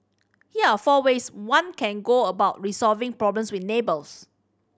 here are four ways one can go about resolving problems with neighbours